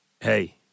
hey